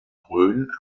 rhön